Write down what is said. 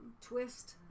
twist